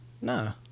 No